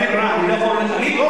אני לא אדחה את ההצבעה,